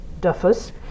Duffus